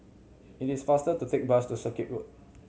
it is faster to take bus to Circuit Road